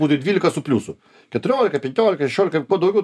būti dvylika su pliusu keturiolika penkiolika šešiolika kuo daugiau